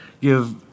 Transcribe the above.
give